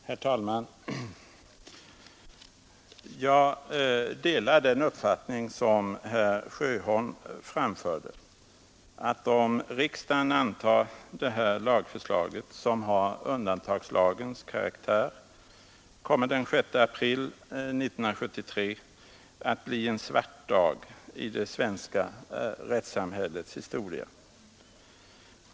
Herr talman! Jag delar den uppfattning som herr Sjöholm framförde att om riksdagen antar det här lagförslaget, som har undantagslagens karaktär, kommer den 6 april 1973 att bli en svart dag i det svenska rättssamhällets historia.